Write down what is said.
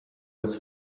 was